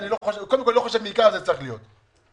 אני לא חושב שזה צריך להיות,